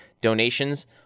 donations